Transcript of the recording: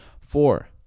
Four